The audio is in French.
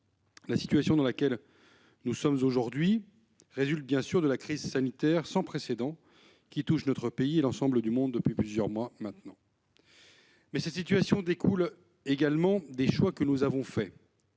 La situation dans laquelle nous sommes aujourd'hui résulte, bien sûr, de la crise sanitaire sans précédent qui touche notre pays et l'ensemble du monde depuis plusieurs mois. Mais cette situation découle également des choix que nous avons faits,